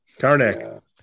Karnak